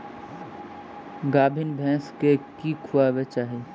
गाभीन भैंस केँ की खुएबाक चाहि?